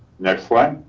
next slide.